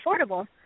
affordable